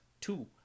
two